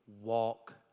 walk